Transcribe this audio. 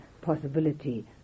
possibility